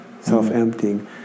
self-emptying